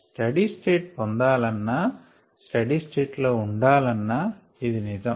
study state పొందాలన్నా steady state లో ఉండాలన్నా ఇది నిజం